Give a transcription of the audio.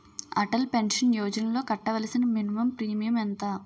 Atal pension యోజనలో కట్టవలసిన minimum premium ఎంత?